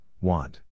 want